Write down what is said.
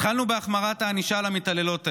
התחלנו בהחמרת הענישה למתעללות האלו.